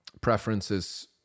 preferences